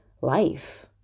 life